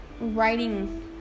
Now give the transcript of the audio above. writing